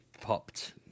popped